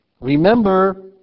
Remember